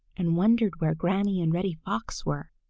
and wondered where granny and reddy fox were.